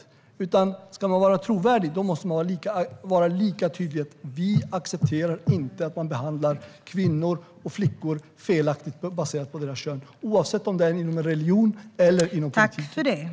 Om man ska vara trovärdig måste man vara tydlig med att man inte accepterar att kvinnor och flickor behandlas felaktigt baserat på kön, oavsett om detta sker inom religion eller inom politiken.